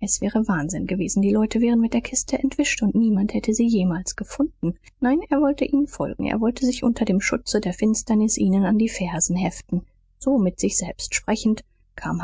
es wäre wahnsinn gewesen die leute wären mit der kiste entwischt und niemand hätte sie jemals gefunden nein er wollte ihnen folgen er wollte sich unter dem schutze der finsternis ihnen an die fersen heften so mit sich selbst sprechend kam